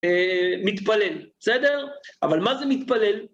מתפלל, בסדר? אבל מה זה מתפלל?